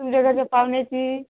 तुमच्या घरच्या पाहुण्याची